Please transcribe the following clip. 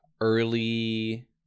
early